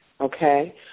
Okay